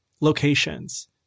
locations